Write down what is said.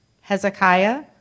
Hezekiah